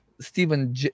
Stephen